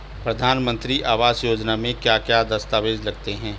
प्रधानमंत्री आवास योजना में क्या क्या दस्तावेज लगते हैं?